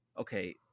okay